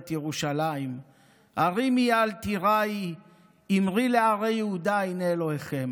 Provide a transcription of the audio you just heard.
ירושלם הרימי אל תיראי אמרי לערי יהודה הנה אלהיכם".